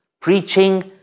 preaching